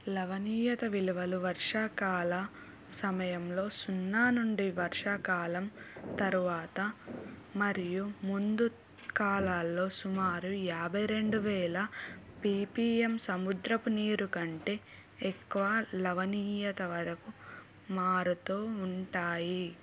లవణీయత విలువలు వర్షాకాల సమయంలో సున్నా నుండి వర్షాకాలం తరువాత మరియు ముందు కాలాల్లో సుమారు యాభై రెండు వేల పీపీఎం సముద్రపు నీరు కంటే ఎక్కువ లవణీయత వరకు మారుతూ ఉంటాయి